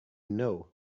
know